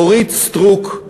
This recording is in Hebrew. אורית סטרוק,